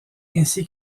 ainsi